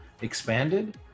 expanded